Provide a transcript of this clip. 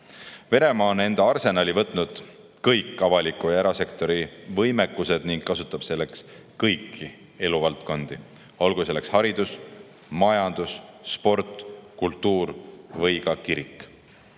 Venemaa on enda arsenali võtnud kõik avaliku ja erasektori võimekused ning kasutab kõiki eluvaldkondi, olgu selleks haridus, majandus, sport, kultuur või ka kirik.